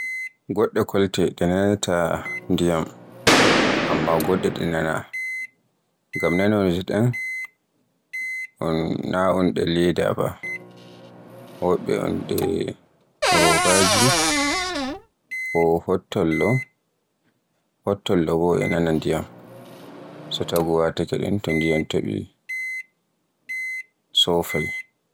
Goɗɗe kolte ɗe nanata ndiyam, amma goɗɗe ɗe nana. Ngam nagoje ɗen naa un ɗe leda ba, wobbe un ɗe robaji ko hottollo, hottollo no e nana ndiyam. So taagu wataɗe bo, so ndiyam topiy sofay.